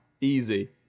Easy